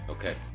Okay